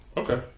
okay